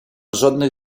жодних